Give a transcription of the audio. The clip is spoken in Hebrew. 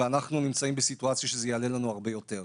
ואנחנו נמצאים בסיטואציה שזה יעלה לנו הרבה יותר.